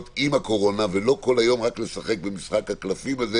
עם הקורונה ולא כל היום רק לשחק במשחק הקלפים הזה